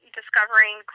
discovering